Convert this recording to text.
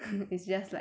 !hey!